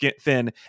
thin